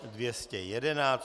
211.